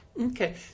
Okay